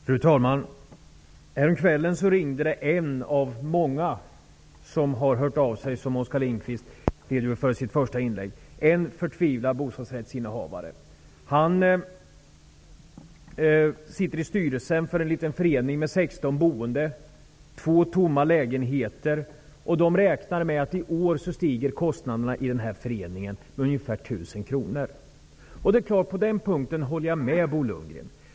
Fru talman! Häromkvällen ringde en av de många som har hört av sig och som Oskar Lindquist redogjorde för i sitt första inlägg. Det var en förtvivlad bostadsrättsinnehavare. Han sitter i styrelsen för en liten förening med 16 boende. Två lägenheter står tomma, och de räknar med att kostnaderna i föreningen stiger med ungefär På en punkt håller jag med Bo Lundgren.